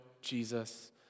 Jesus